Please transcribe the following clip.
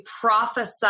prophesy